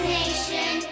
nation